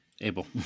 Abel